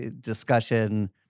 discussion